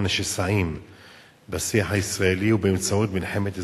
לשסעים בשיח הישראלי הוא באמצעות מלחמת אזרחים,